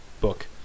book